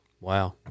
Wow